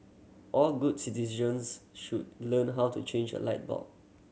all good citizens should learn how to change a light bulb